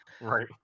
Right